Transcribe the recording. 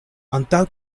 antaŭ